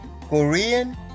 Korean